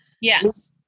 Yes